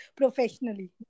professionally